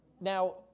Now